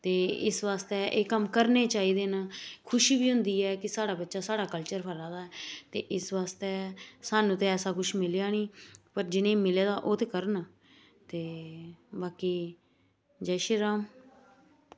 ते इस वास्तै एह् कम्म करने चाहिदे न खुशी बी होंदी ऐ कि साढ़ा बच्चा साढ़ा कल्चर फॉलो करा दा ऐ ते इस वास्तै ते सानूं किश मिलेआ नेईं पर जिनेंगी मिले दा ओह् ते करन ते जै शिरी राम